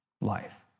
life